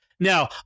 Now